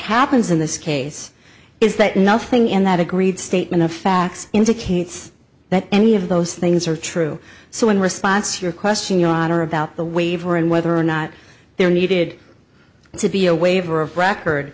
happens in this case is that nothing in that agreed statement of facts indicates that any of those things are true so in response your question your honor about the waiver and whether or not there needed to be a waiver of record